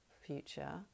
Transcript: future